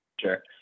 Sure